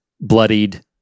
bloodied